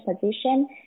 position